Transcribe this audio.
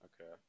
Okay